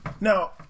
Now